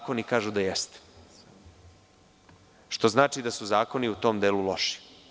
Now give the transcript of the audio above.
Zakoni kažu da jeste, što znači da su zakoni u tom delu loši.